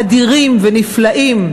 אדירים ונפלאים,